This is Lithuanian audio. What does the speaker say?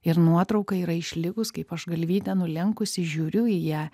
ir nuotrauka yra išlikus kaip aš galvytę nulenkusi žiūriu į ją